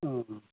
অঁ অঁ